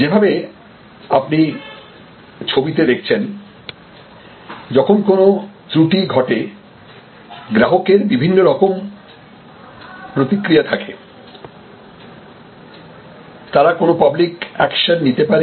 যেভাবে আপনি ছবিতে দেখছেন যখন কোন ত্রুটি ঘটে গ্রাহকের বিভিন্নরকম প্রতিক্রিয়া থাকে তারা কোন পাবলিক একশন নিতে পারে